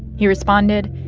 he responded,